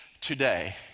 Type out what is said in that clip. today